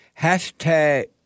Hashtag